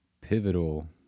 pivotal